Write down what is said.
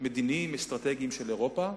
מדיניים-אסטרטגיים של אירופה,